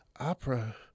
Opera